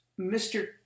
Mr